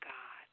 God